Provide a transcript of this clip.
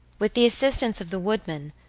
with the assistance of the woodman,